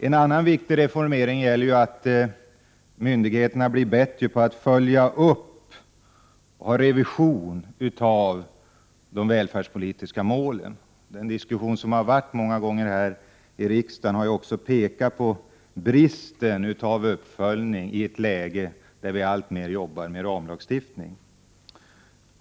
En annan viktig reformering gäller att myndigheterna blir bättre på att följa upp och revidera de välfärdspolitiska målen. Diskussionen här i riksdagen har många gånger pekat på bristen på uppföljning i ett läge där vi alltmer arbetar med ramlagstiftning.